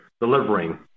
delivering